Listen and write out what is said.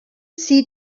sie